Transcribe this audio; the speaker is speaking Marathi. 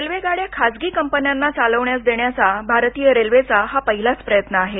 रेल्वे गाड्या खासगी कंपन्यांना चालवण्यास देण्याचा हा भारतीय रेल्वेचा पहिलाच प्रयत्न आहे